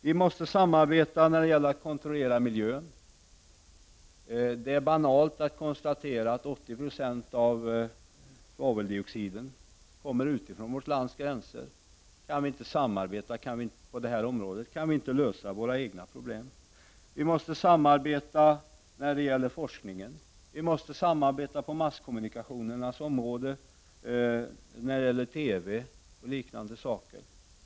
Vi måste samarbeta när det gäller att kontrollera miljön. Det är banalt att konstatera att 80 20 av svaveldioxiden kommer från utlandet. Kan vi inte samarbeta på detta område kan vi inte lösa våra egna problem. Vi måste samarbeta beträffande forskningen, på masskommunikationernas område och när det gäller TV och liknande saker.